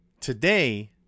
Today